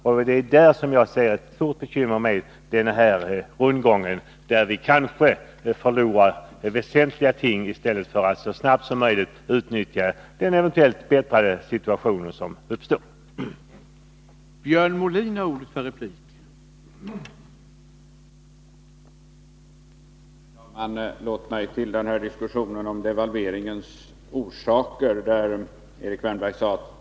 Jag ser därför ett stort bekymmer med denna rundgång, genom vilken vi kanske förlorar väsentliga ting i stället för att så snabbt som möjligt ta till vara möjligheterna att åstadkomma en förbättrad situation.